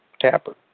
Tapper